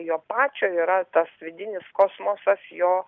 jo pačio yra tas vidinis kosmosas jo